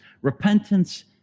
repentance